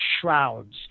shrouds